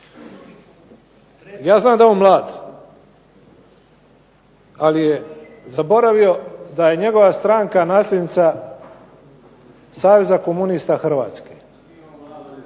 Ja znam da je on mlad, ali je zaboravio da je njegova stranka nasljednica Saveza Komunista Hrvatske.